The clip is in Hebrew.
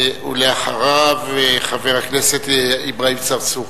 ואחריו, חבר הכנסת אברהים צרצור.